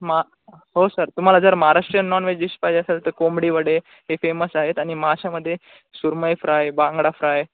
मा हो सर तुम्हाला जर महाराष्ट्रीयन नॉन वेज डिश पाहिजे असेल तर कोंबडी वडे हे फेमस आहेत आणि माशामध्ये सुरमई फ्राय बांगडा फ्राय